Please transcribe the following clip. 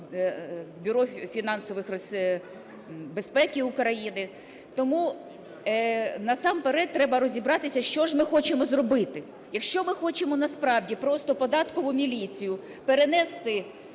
Бюро фінансових… безпеки України. Тому насамперед треба розібратися, що ж ми хочемо зробити? Якщо ми хочемо насправді просто Податкову міліцію перенести